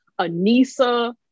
Anissa